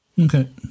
okay